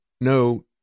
no